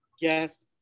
Yes